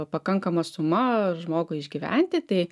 pakankama suma žmogui išgyventi tai